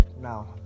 now